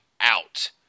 out